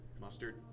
Mustard